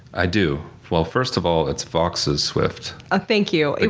i do. well, first of all, it's voxes swift. ah thank you.